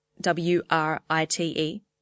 W-R-I-T-E